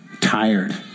tired